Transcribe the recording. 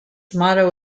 motto